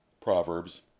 Proverbs